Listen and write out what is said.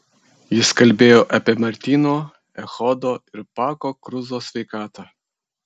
jis kalbėjo apie martyno echodo ir pako kruzo sveikatą